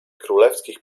królewskich